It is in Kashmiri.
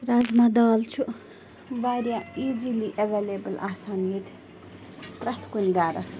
زازما دال چھُ واریاہ ایٖزِلی اٮ۪ویلیبٕل آسان ییٚتہِ پرٛٮ۪تھ کُنہِ گَرَس